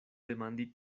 demandi